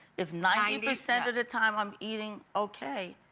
if ninety percent of the time i'm eating okay,